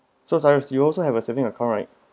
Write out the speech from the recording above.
so cyrus you also have a saving account right